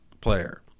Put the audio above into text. player